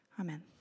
Amen